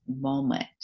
moment